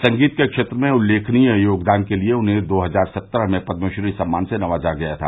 संगीत के क्षेत्र में उल्लेखनीय योगदान के लिये उन्हें दो हजार सत्रह में पदमश्री सम्मान से नवाजा गया था